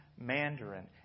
Mandarin